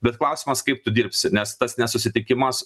bet klausimas kaip tu dirbsi nes tas nesusitikimas